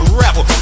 rebel